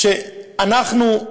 שאנחנו,